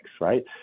right